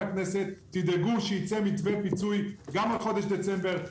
הכנסת: תדאגו שיצא מתווה פיצוי גם על חודש דצמבר,